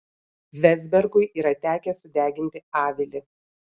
vezbergui yra tekę sudeginti avilį